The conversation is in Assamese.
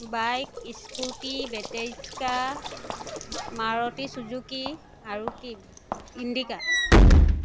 bike scooty battery rickshaw Maruti Suzuki আৰু কি ইণ্ডিকা